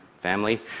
family